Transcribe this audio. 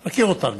אני מכיר אותך,